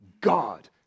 God